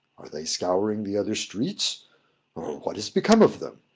are they scouring the other streets? or what is become of them?